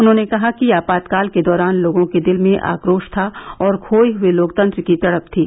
उन्होंने कहा कि आपातकाल के दौरान लोगों के दिल में आक्रोश था और खोये हए लोकतंत्र की तड़प थी